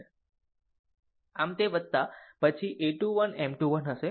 આમ તે પછી a 2 1 M 2 1 હશે